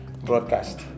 broadcast